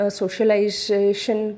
socialization